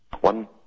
One